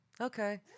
Okay